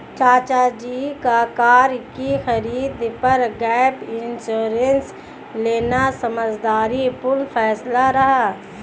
चाचा जी का कार की खरीद पर गैप इंश्योरेंस लेना समझदारी पूर्ण फैसला रहा